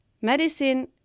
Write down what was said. Medicine